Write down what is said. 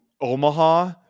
Omaha